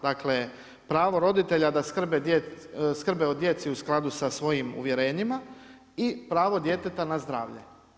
Dakle, pravo roditelja da skrbe o djeci u skladu sa svojim uvjerenjima i pravo djeteta na zdravlje.